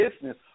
business